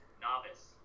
Novice